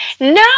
No